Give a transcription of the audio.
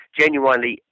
genuinely